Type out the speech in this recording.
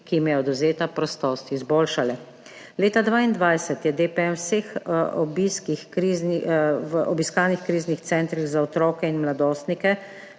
ki jim je odvzeta prostost, izboljšale. Leta 2022 je DPM v vseh obiskanih kriznih centrih za otroke in mladostnike